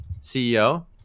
CEO